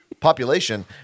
Population